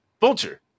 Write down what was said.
Vulture